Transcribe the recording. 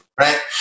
right